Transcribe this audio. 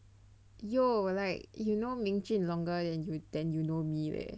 yo like you know Ming Jun longer than you know me leh